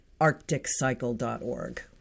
ArcticCycle.org